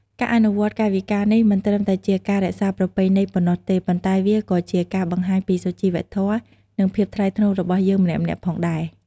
ការអនុវត្តកាយវិការនេះ មិនត្រឹមតែជាការរក្សាប្រពៃណីប៉ុណ្ណោះទេ ប៉ុន្តែវាក៏ជាការបង្ហាញពីសុជីវធម៌ និងភាពថ្លៃថ្នូររបស់យើងម្នាក់ៗផងដែរ។